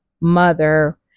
mother